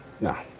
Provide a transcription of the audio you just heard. No